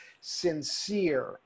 sincere